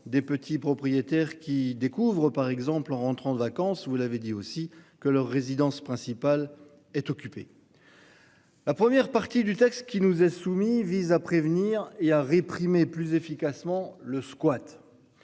des petits propriétaires qui découvrent par exemple en rentrant de vacances, vous l'avez dit aussi que leur résidence principale est occupée. La première partie du texte qui nous est soumis, vise à prévenir et à réprimer plus efficacement le squat.